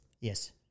Yes